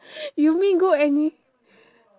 you mean go any